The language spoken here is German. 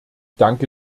danke